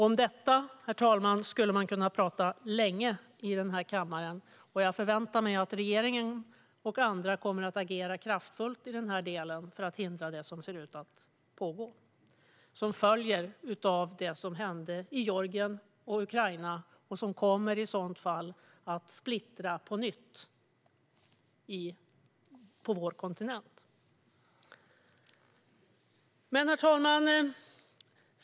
Om detta skulle jag kunna tala länge i denna kammare, herr talman, och jag förväntar mig att regeringen och andra kommer att agera kraftfullt för att hindra det som ser ut att pågå och som följer av det som hände i Georgien och Ukraina och som på nytt kan komma att splittra vår kontinent. Herr talman!